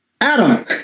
Adam